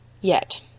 Yet